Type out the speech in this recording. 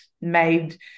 made